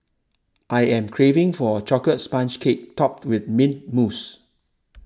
I am craving for a Chocolate Sponge Cake Topped with Mint Mousse